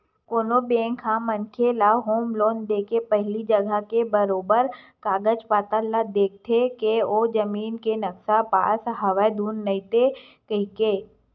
कोनो बेंक ह मनखे ल होम लोन देके पहिली जघा के बरोबर कागज पतर ल देखथे के ओ जमीन के नक्सा पास हवय धुन नइते कहिके